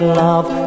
love